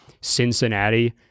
Cincinnati